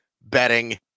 betting